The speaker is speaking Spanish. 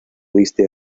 viste